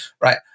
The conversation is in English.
Right